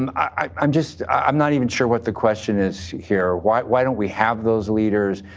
um i am just i am not even sure what the question is here. why why don't we have those leaders?